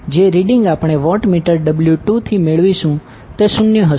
તેથી જે રીડીંગ આપણે વોટમીટર W2 થી મેળવીશું તે 0 હશે